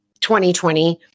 2020